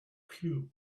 clue